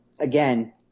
Again –